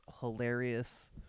hilarious